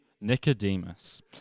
Nicodemus